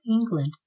England